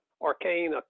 arcane